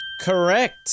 Correct